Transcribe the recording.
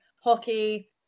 hockey